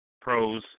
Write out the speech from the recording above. pros